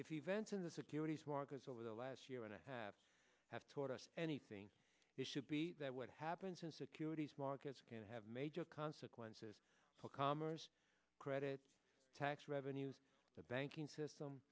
if events in the securities markets over the last year and a half have taught us anything it should be that what happens in securities markets can have major consequences for commerce credit tax revenues the